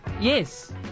Yes